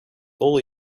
all